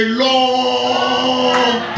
long